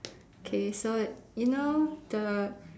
K so you know the